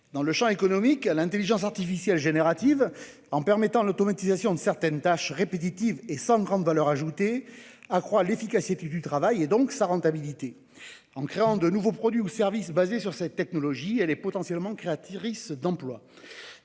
Dans le champ économique, l'intelligence artificielle générative, en permettant l'automatisation de certaines tâches répétitives et sans grande valeur ajoutée, accroît l'efficacité du travail et donc sa rentabilité. En créant de nouveaux produits ou services basés sur cette technologie, elle est potentiellement créatrice d'emplois.